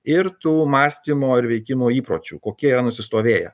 ir tų mąstymo ir veikimo įpročių kokie yra nusistovėję